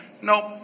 Nope